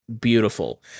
beautiful